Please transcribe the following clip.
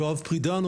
יואב פרידן?